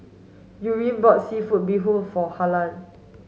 Yurem bought seafood bee hoon for Harlan